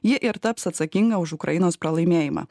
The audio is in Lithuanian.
ji ir taps atsakinga už ukrainos pralaimėjimą